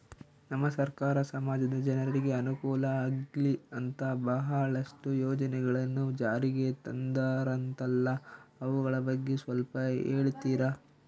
ನಮ್ಮ ಸರ್ಕಾರ ಸಮಾಜದ ಜನರಿಗೆ ಅನುಕೂಲ ಆಗ್ಲಿ ಅಂತ ಬಹಳಷ್ಟು ಯೋಜನೆಗಳನ್ನು ಜಾರಿಗೆ ತಂದರಂತಲ್ಲ ಅವುಗಳ ಬಗ್ಗೆ ಸ್ವಲ್ಪ ಹೇಳಿತೀರಾ?